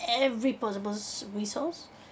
every possible s~ resource